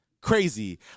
Crazy